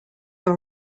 all